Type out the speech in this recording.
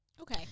Okay